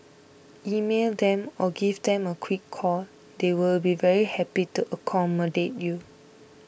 email them or give them a quick call they will be very happy to accommodate you